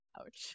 Ouch